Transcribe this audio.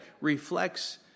reflects